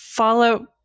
Follow